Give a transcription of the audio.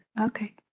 Okay